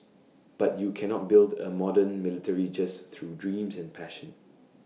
but you cannot build A modern military just through dreams and passion